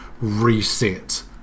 reset